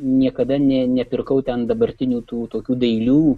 niekada nė nepirkau ten dabartinių tų tokių dailių